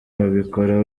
babikora